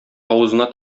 авызына